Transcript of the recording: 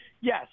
yes